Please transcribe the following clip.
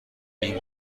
این